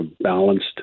balanced